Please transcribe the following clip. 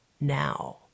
now